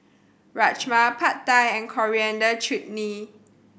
Rajma Pad Thai and Coriander Chutney